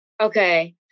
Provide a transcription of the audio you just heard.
Okay